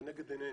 לנגד עינינו,